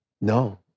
No